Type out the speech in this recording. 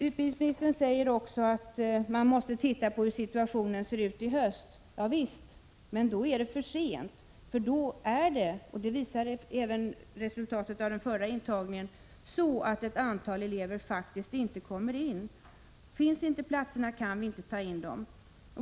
Utbildningsministern säger också att man måste se till hur situationen är i höst. Javisst, men då är det för sent; då är det — det visar resultatet av den förra intagningen — ett antal elever som faktiskt inte kommer in. Finns inte platserna kan vi inte ta in dem.